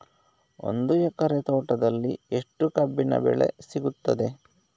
ಒಂದು ಎಕರೆ ತೋಟದಲ್ಲಿ ಎಷ್ಟು ಕಬ್ಬಿನ ಬೆಳೆ ಸಿಗುತ್ತದೆ?